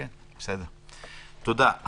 בסדר, תודה.